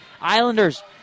Islanders